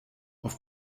auf